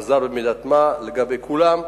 עזר במידת-מה לגבי כולם,